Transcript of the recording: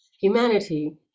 Humanity